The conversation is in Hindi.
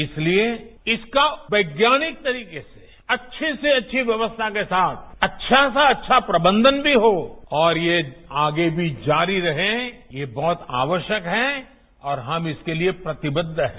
इसलिए इसका वैज्ञानिक तरीके से अच्छे से अच्छी व्यवस्था के साथ अच्छा से अच्छा प्रबंधन भी हो और ये आगे भी जारी रहे ये बहुत आवश्यक है और हम इसके लिए प्रतिबद्व हैं